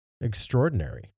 extraordinary